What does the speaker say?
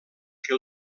que